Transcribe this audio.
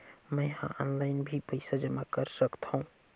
मैं ह ऑनलाइन भी पइसा जमा कर सकथौं?